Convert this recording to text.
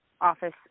office